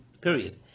period